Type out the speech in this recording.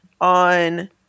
on